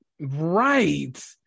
right